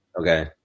okay